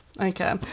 Okay